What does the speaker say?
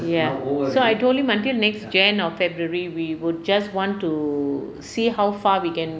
ya so I told him until next january or february we would just want to see how far we can